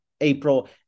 April